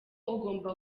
ugomba